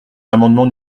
l’amendement